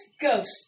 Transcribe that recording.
Ghost